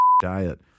diet